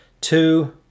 two